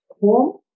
home